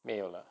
没有了